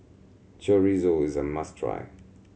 chorizo is a must try